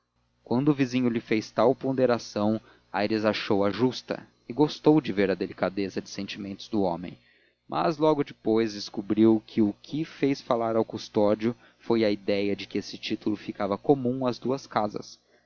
quando o vizinho lhe fez tal ponderação aires achou-a justa e gostou de ver a delicadeza de sentimentos do homem mas logo depois descobriu que o que fez falar o custódio foi a ideia de que esse título ficava comum às duas casas